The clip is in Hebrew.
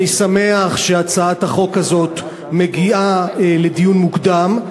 אני שמח שהצעת החוק הזאת מגיעה לדיון מוקדם.